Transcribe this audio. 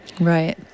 Right